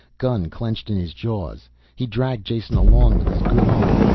gun clenched in his jaws he dragged jason along with his good arm.